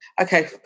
Okay